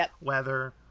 weather